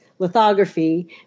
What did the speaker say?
lithography